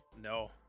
No